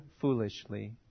foolishly